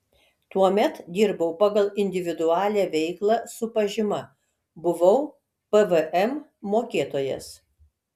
tuomet dirbau pagal individualią veiklą su pažyma buvau pvm mokėtojas